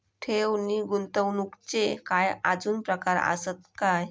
ठेव नी गुंतवणूकचे काय आजुन प्रकार आसत काय?